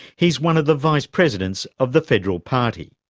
he is one of the vice presidents of the federal party.